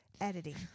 editing